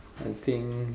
I think